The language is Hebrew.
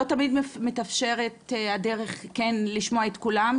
לא תמיד מתאפשרת הדרך כן לשמוע את כולם,